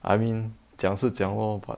I mean 讲是讲 lor but